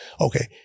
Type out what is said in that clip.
Okay